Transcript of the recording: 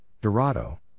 dorado